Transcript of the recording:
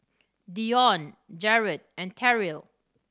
Dione Jerrod and Terrill